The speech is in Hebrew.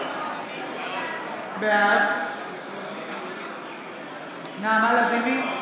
בעד נעמה לזימי,